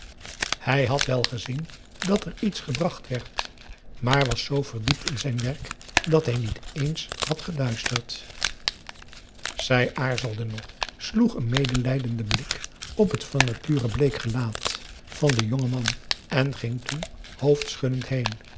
hij had wel gezien dat er iets gebracht werd maar was zoo verdiept in zijn werk dat hij niet eens had geluisterd zij aarzelde nog sloeg een medelijdenden blik op het van nature bleek gelaat van den jongen man en ging toen hoofdschuddend heen